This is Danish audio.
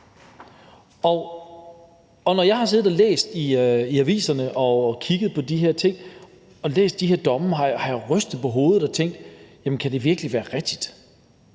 Når jeg har siddet og læst i aviserne og kigget på de her ting og læst de her domme, har jeg rystet på hovedet og tænkt: Jamen kan det virkelig være rigtigt?